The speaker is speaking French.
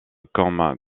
comme